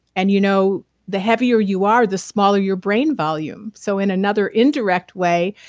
and you know the heavier you are, the smaller your brain volume. so in another indirect way,